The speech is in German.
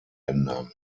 ändern